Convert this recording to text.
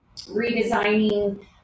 redesigning